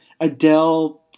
Adele